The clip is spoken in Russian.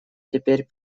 теперь